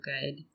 good